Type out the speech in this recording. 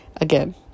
again